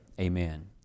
Amen